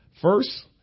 First